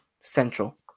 central